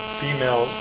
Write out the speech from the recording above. female